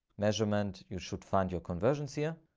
measurement, you should find your conversions here.